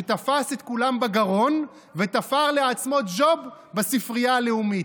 שתפס את כולם בגרון ותפר לעצמו ג'וב בספרייה הלאומית.